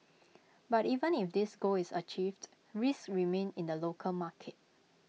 but even if this goal is achieved risks remain in the local market